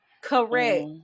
correct